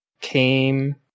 came